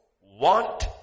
want